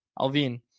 Alvin